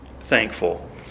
thankful